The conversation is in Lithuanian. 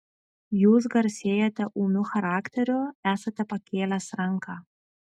jūs garsėjate ūmiu charakteriu esate pakėlęs ranką